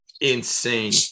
insane